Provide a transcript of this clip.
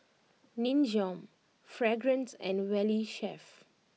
Nin Jiom Fragrance and Valley Chef